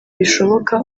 rishoboka